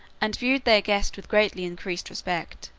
and viewed their guest with greatly increased respect.